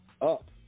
up